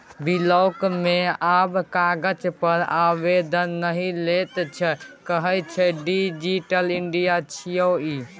block मे आब कागज पर आवेदन नहि लैत छै कहय छै डिजिटल इंडिया छियै ई